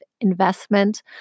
investment